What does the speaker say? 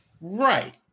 Right